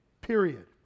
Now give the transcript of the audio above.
period